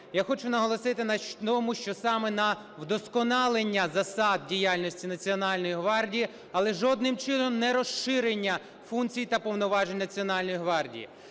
Я хочу наголосити на тому, що саме на вдосконалення засад діяльності Національної гвардії, але жодним чином не розширення функцій та повноважень Національної гвардії.